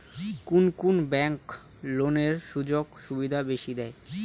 কুন কুন ব্যাংক লোনের সুযোগ সুবিধা বেশি দেয়?